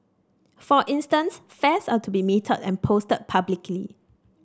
for instance fares are to be metered and posted publicly